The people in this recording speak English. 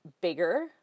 bigger